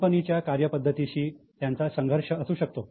कंपनीच्या कार्यपद्धतीशी त्यांचा संघर्ष असू शकतो